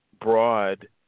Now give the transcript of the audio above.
broad